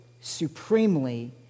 supremely